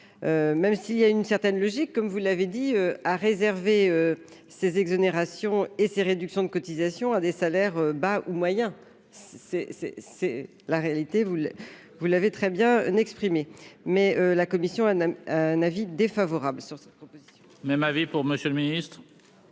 même s'il y a une certaine logique, comme vous l'avez dit à réserver ces exonérations et ces réductions de cotisations à des salaires bas ou moyen, c'est, c'est c'est la réalité, vous le vous l'avez très bien n'exprimer mais la commission a un avis défavorable sur. Même avis pour Monsieur le Ministre